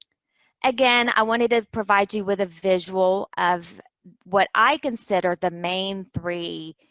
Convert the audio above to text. again, i wanted to provide you with a visual of what i consider the main three